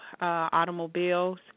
automobiles